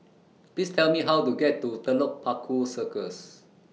Please Tell Me How to get to Telok Paku Circus